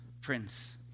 Prince